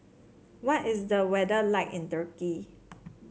what is the weather like in Turkey